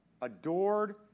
adored